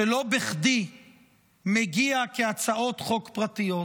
שלא בכדי מגיע כהצעות חוק פרטיות,